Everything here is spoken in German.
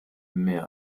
mehr